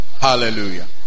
Hallelujah